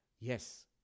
Yes